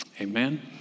amen